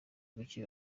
buke